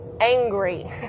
angry